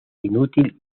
inútil